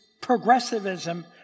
progressivism